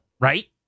right